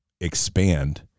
expand